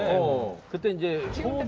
will continue to